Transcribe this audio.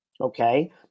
Okay